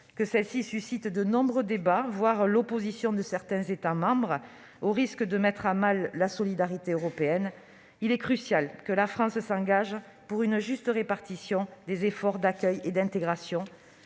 celle-ci suscite de nombreux débats, voire l'opposition de certains États membres, au risque de mettre à mal la solidarité européenne. Il est crucial que la France s'engage pour une juste répartition des efforts d'accueil et d'intégration,